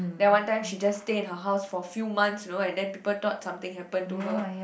then one time she just stay in her house for few months you know and then people thought something happened to her